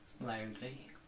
loudly